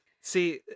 see